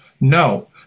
no